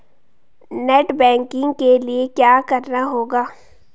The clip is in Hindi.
नेट बैंकिंग के लिए क्या करना होगा?